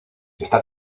está